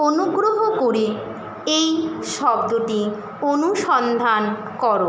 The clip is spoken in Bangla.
অনুগ্রহ করে এই শব্দটি অনুসন্ধান করো